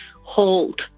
hold